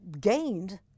gained